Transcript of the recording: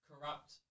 corrupt